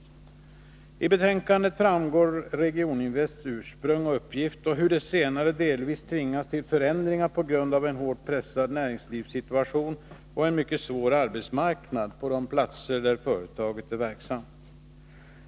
I betänkandet redovisas Regioninvests ursprung och uppgift liksom hur den senare delvis tvingats ändras på grund av en hårt pressad näringslivssituation och en mycket svår arbetsmarknad på de platser där företaget är verksamt.